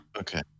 okay